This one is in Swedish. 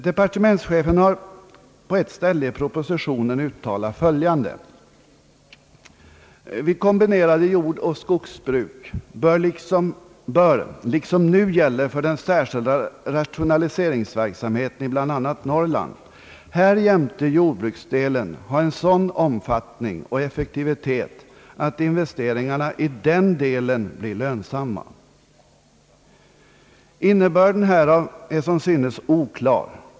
Departementschefen har på ett ställe i propositionen uttalat följande: »Vid kombinerade jordoch skogsbruk bör liksom nu gäller för den särskilda rationaliseringsverksamheten i bl.a. Norrland härjämte jordbruksdelen ha sådan omfattning och effektivitet att investeringarna i den delen blir lönsamma.» Innebörden härav är som synes oklar.